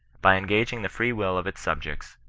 by engaging the free will of its subjects,